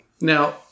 Now